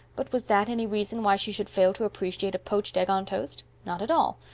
but was that any reason why she should fail to appreciate a poached egg on toast? not at all.